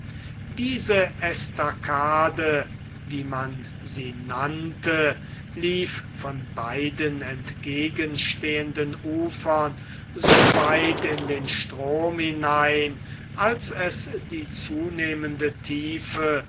diese estacade wie man sie nannte lief von beiden entgegenstehenden ufern so weit in den strom hinein als es die zunehmende tiefe